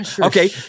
Okay